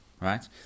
right